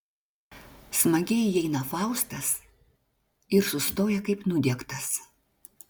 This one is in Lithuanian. smagiai įeina faustas ir sustoja kaip nudiegtas